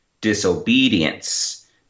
disobedience